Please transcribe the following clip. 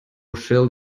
shall